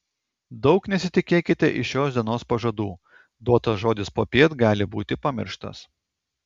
daug nesitikėkite iš šios dienos pažadų duotas žodis popiet gali būti pamirštas